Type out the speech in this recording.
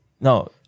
no